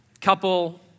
couple